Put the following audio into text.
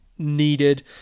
needed